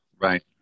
Right